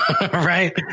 Right